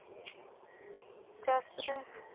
ᱪᱟᱥ ᱨᱮ